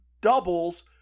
doubles